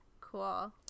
Cool